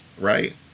Right